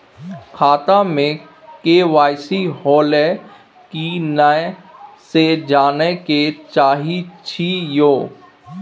खाता में के.वाई.सी होलै की नय से जानय के चाहेछि यो?